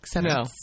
No